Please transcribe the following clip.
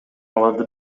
аларды